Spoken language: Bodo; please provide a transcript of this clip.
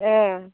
एह